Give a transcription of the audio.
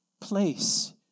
place